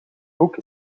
boek